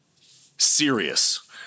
serious